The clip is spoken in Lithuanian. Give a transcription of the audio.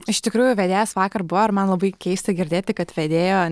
iš tikrųjų vedėjas vakar buvo ir man labai keista girdėti kad vedėjo